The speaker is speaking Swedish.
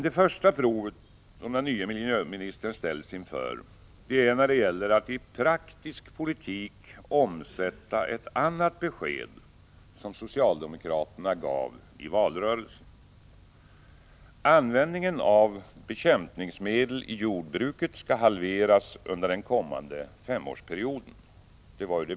Det första provet som den nye miljöministern ställs inför är när det gäller att i praktisk politik omsätta ett annat besked som socialdemokraterna gav i valrörelsen, nämligen att användningen av bekämpningsmedel i jordbruket skall halveras under den kommande femårsperioden.